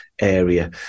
area